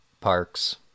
parks